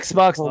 Xbox